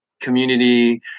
community